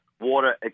water